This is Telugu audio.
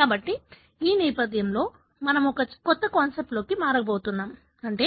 కాబట్టి ఈ నేపథ్యంతో మనము ఒక కొత్త కాన్సెప్ట్లోకి మారబోతున్నాం అంటే